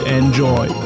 enjoy